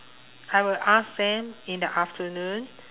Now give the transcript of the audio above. I will ask them in the afternoon